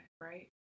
right